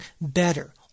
better